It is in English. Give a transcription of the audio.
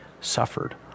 suffered